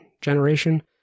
generation